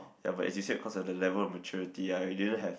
ya but as you said cause of the level of maturity I didn't have